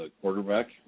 quarterback